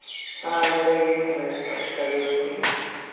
हां मेरा इ'यै मसला ऐ तुस करी ओड़ो ठीक ऐ